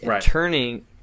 Turning